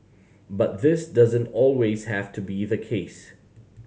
but this doesn't always have to be the case